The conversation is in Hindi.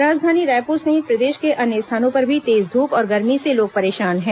राजधानी रायपुर सहित प्रदेश के अन्य स्थानों पर भी तेज धूप और गर्मी से लोग परेशान है